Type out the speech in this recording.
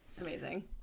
Amazing